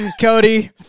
Cody